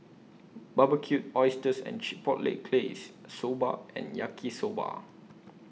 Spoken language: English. Barbecued Oysters and Chipotle Glaze Soba and Yaki Soba